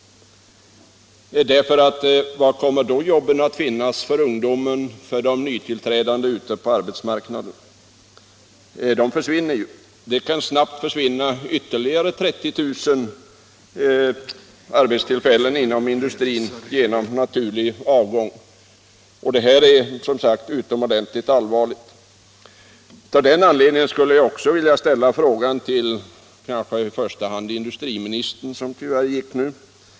Var kommer då jobben att finnas för de nytillträdande på arbetsmarknaden? Det kan snabbt försvinna ytterligare 30 000 arbetstillfällen inom industrin genom naturlig avgång. Det här är som sagt utomordentligt allvarligt. Av denna anledning skulle jag också vilja ställa en fråga till i första hand industriministern, som tyvärr gick ut just nu.